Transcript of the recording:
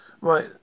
Right